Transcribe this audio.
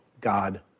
God